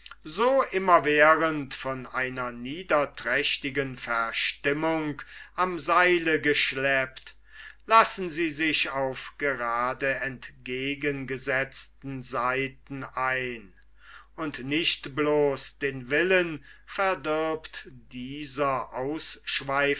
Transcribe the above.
so immerwährend von einer niederträchtigen verstimmung am seile geschleppt lassen sie sich auf grade entgegengesetzten seiten ein und nicht bloß den willen verdirbt dieser